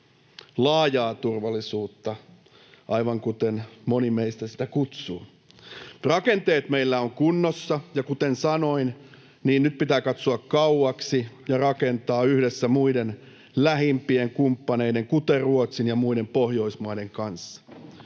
laajaa turvallisuutta, aivan kuten moni meistä sitä kutsuu. Rakenteet meillä ovat kunnossa, ja kuten sanoin, nyt pitää katsoa kauaksi ja rakentaa yhdessä muiden, lähimpien kumppaneiden, kuten Ruotsin ja muiden Pohjoismaiden kanssa.